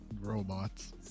robots